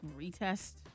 retest